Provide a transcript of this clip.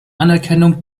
anerkennung